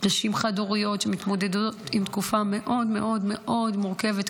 נשים חד-הוריות שמתמודדות עם תקופה מאוד מאוד מאוד מורכבת,